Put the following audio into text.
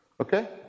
Okay